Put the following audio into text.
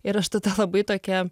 ir aš tada labai tokia